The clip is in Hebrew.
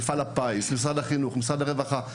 משרד החינוך ומשרד הרווחה,